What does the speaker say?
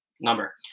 Number